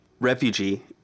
refugee